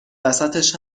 وسطش